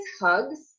hugs